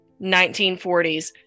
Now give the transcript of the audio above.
1940s